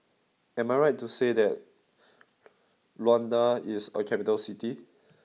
am I right that Luanda is a capital city